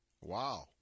Wow